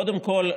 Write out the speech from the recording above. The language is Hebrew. קודם כול,